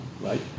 right